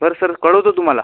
बरं सर कळवतो तुम्हाला